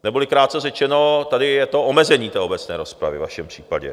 Neboli krátce řečeno, tady je to omezení té obecné rozpravy ve vašem případě.